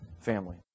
family